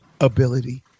ability